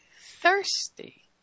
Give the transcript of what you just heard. thirsty